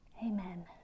Amen